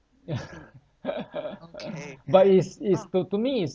ya but is is to to me is